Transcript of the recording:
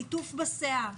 ליטוף בשיער.